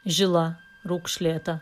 žila raukšlėta